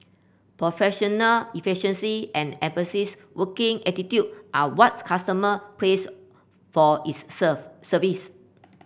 professional efficiency and working attitude are what customer praise for its serve service